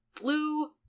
blue